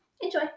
enjoy